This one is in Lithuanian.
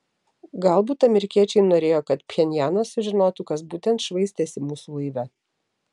galbūt amerikiečiai norėjo kad pchenjanas sužinotų kas būtent švaistėsi mūsų laive